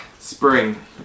Spring